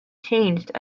changed